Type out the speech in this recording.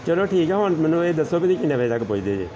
ਚਲੋ ਠੀਕ ਆ ਹੁਣ ਮੈਨੂੰ ਇਹ ਦੱਸੋ ਕਿ ਤੁਸੀਂ ਕਿੰਨੇ ਵਜੇ ਤੱਕ ਪੁੱਜਦੇ ਜੇ